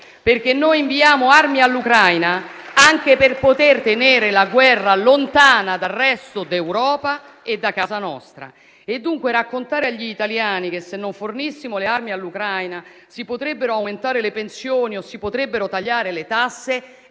Infatti noi inviamo armi all'Ucraina anche per poter tenere la guerra lontana dal resto d'Europa e da casa nostra. Dunque, raccontare agli italiani che se non fornissimo le armi all'Ucraina si potrebbero aumentare le pensioni o si potrebbero tagliare le tasse